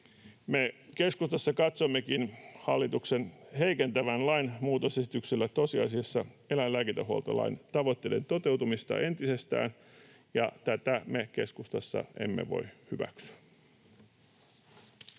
keskustassa katsommekin hallituksen heikentävän lain muutosesityksellä tosiasiassa eläinlääkintähuoltolain tavoitteiden toteutumista entisestään, ja tätä me keskustassa emme voi hyväksyä.